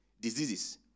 diseases